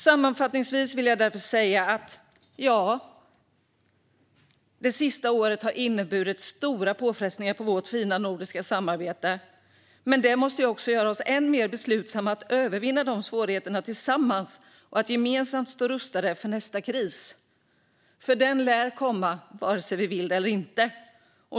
Sammanfattningsvis vill jag därför säga: Ja - det sista året har inneburit stora påfrestningar på vårt fina nordiska samarbete. Men detta måste också göra oss än mer beslutsamma att övervinna dessa svårigheter tillsammans och att gemensamt stå rustade för nästa kris. Den lär ju komma vare sig vi vill eller inte.